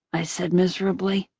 i said miserably.